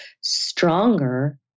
stronger